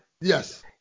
Yes